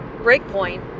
Breakpoint